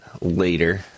later